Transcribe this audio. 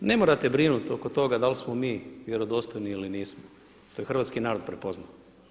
Ne morate brinuti oko toga da li smo mi vjerodostojni ili nismo, to je hrvatski narod prepoznao.